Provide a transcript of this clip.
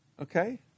Okay